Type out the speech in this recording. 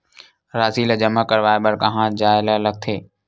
राशि ला जमा करवाय बर कहां जाए ला लगथे